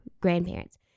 grandparents